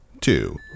two